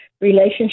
relationship